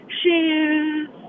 shoes